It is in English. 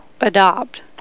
adopt